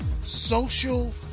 Social